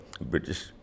British